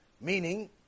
Meaning